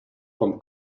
from